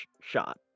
shot